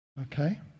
okay